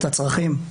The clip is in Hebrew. למפות את הצרכים,